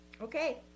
Okay